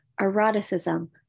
eroticism